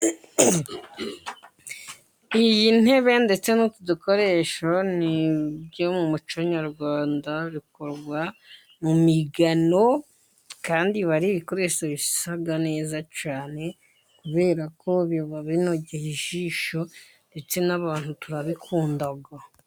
Iyi ntebe ndetse n'utu dukoresho ni ibyo mu muco nyarwanda, bikorwa mu migano kandi biba ari ibikoresho bisa neza cyane, kubera ko biba binogeye ijisho ndetse n'abantu turabikunda.